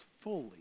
fully